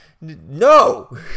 No